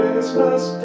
Christmas